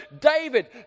David